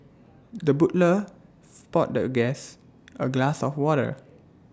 the butler poured the guest A glass of water